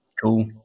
Cool